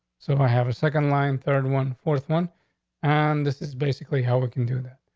so i have a second line third, one four one and this is basically how we can do that.